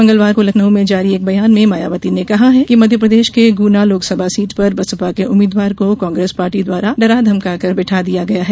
मंगलवार को लखनऊ में जारी एक बयान में मायावती ने कहा है कि मध्यप्रदेश के गुना लोकसभा सीट पर बसपा के उम्मीदवार को कांग्रेस पार्टी द्वारा डरा धमकाकर बैठा दिया गया है